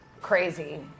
crazy